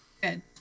Good